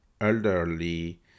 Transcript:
elderly